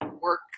work